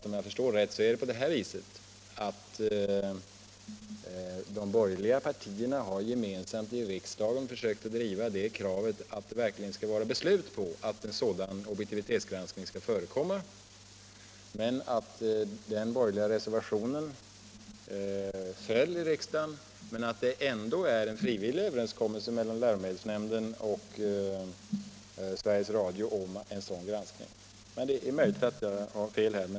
Om jag förstår rätt har de borgerliga partierna gemensamt i riksdagen försökt driva kravet på att det verkligen skall vara beslut på att objektivitetsgranskning skall förekomma; att den borgerliga reservationen föll i riksdagen men att det ändå föreligger en frivillig överenskommelse mellan läromedelsnämnden och Sveriges Radio om en sådan granskning. Det är möjligt att jag har fel härvidlag.